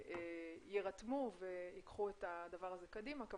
שיירתמו וייקחו את הדבר הזה קדימה,